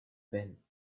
bin